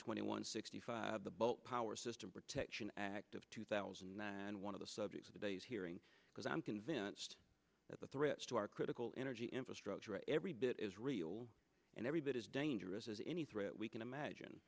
twenty one sixty five the boat power system protection act of two thousand and one of the subject of today's hearing because i'm convinced that the threats to our critical inner g infrastructure every bit is real and every bit as dangerous as any threat we can imagine